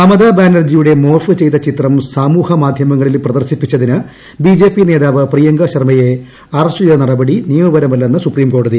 മമതാ ബാനർജിയുടെ മോർഫ് ചെയ്ത ചിത്രം സമൂഹമാധൃങ്ങളിൽ പ്രദർശിപ്പിച്ചതിന് ബിജെപി നേതാവ് പ്രിയങ്ക ശർമ്മയെ അറസ്റ്റ് ചെയ്ത നടപടി നിയമപരമല്ലെന്ന് സുപ്രീം കോടതി